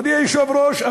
מכובדי היושב-ראש,